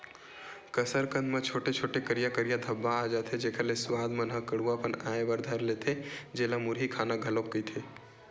कसरकंद म छोटे छोटे, करिया करिया धब्बा आ जथे, जेखर ले सुवाद मन म कडुआ पन आय बर धर लेथे, जेला मुरही खाना घलोक कहिथे